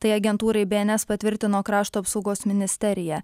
tai agentūrai bns patvirtino krašto apsaugos ministerija